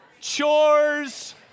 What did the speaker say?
chores